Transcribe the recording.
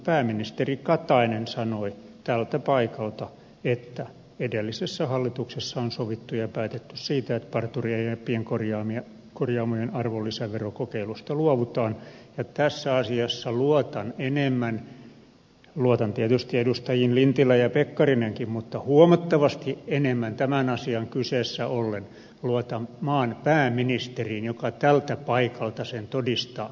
pääministeri katainen sanoi tältä paikalta että edellisessä hallituksessa on sovittu ja päätetty siitä että parturien ja pienkorjaamojen arvonlisäverokokeilusta luovutaan ja tässä asiassa luotan enemmän luotan tietysti edustajiin lintilä ja pekkarinenkin mutta huomattavasti enemmän tämän asian kyseessä ollen maan pääministeriin joka tältä paikalta sen todistaa